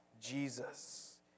Jesus